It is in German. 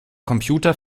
computer